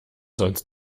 sonst